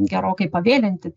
gerokai pavėlinti